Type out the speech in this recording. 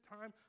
time